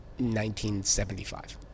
1975